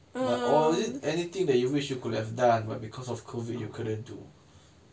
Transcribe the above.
or is it anything that you wish you could have done but because of COVID you couldn't do